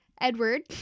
Edward